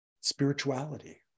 spirituality